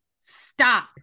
stop